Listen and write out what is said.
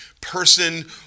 person